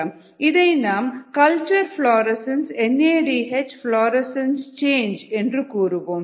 இதை நாம் culture fluorescence N A D H fluorescence change என்று கூறுவோம்